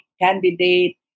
candidate